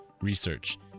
research